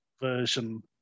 version